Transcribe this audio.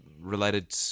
related